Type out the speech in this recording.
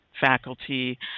faculty